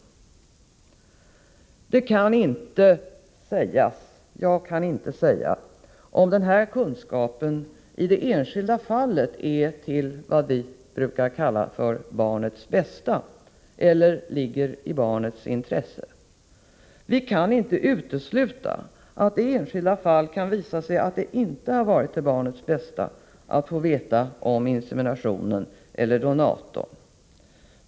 Jag kan inte säga om denna kunskapi det enskilda fallet är till vad vi brukar kalla ”barnets bästa” eller ligger i ”barnets intresse”. Vi kan inte utesluta att det i enskilda fall kan visa sig att det inte har varit till ”barnets bästa” att få veta att insemination skett och vem donatorn är.